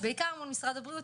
בעיקר מול משרד הבריאות,